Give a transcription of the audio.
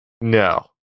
No